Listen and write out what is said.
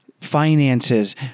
finances